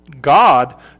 God